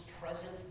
present